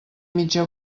mitja